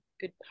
good